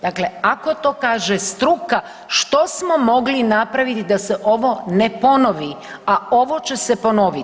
Dakle, ako to kaže struka, što smo mogli napraviti da se ovo ne ponovi a ovo će se ponoviti.